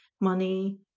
money